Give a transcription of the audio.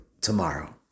tomorrow